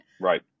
right